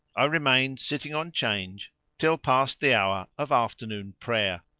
i remained sitting on change till past the hour of after noon prayer,